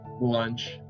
lunch